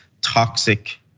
toxic